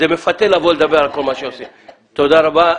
תודה רבה.